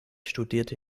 studierte